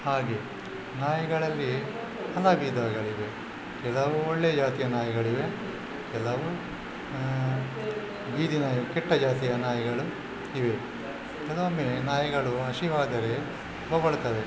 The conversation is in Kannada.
ಹಾಗೆ ನಾಯಿಗಳಲ್ಲಿ ಹಲವು ವಿಧಗಳಿವೆ ಕೆಲವು ಒಳ್ಳೆ ಜಾತಿಯ ನಾಯಿಗಳಿವೆ ಕೆಲವು ಬೀದಿ ನಾಯಿ ಕೆಟ್ಟ ಜಾತಿಯ ನಾಯಿಗಳು ಇವೆ ಕೆಲವೊಮ್ಮೆ ನಾಯಿಗಳು ಹಸಿವಾದರೆ ಬೊಗಳ್ತವೆ